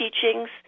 teachings